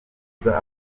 gutoza